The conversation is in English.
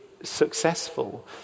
successful